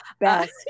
best